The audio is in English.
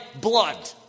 blood